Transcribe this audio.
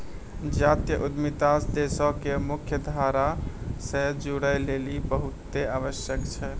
जातीय उद्यमिता देशो के मुख्य धारा से जोड़ै लेली बहुते आवश्यक छै